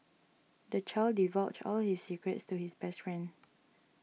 the child divulged all his secrets to his best friend